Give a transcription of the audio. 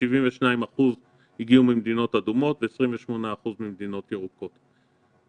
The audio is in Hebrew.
72% הגיעו ממדינות אדומות ו-28% ממדינות ירוקות.